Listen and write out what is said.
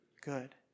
good